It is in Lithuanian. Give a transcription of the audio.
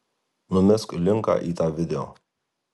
numesk linką į tą video